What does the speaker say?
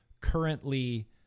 currently